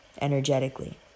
energetically